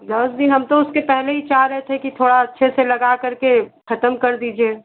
दस दिन हम तो उसके पहले ही चाह रहे थे कि थोड़ा अच्छे से लगा करके ख़त्म कर दीजिए